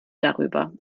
darüber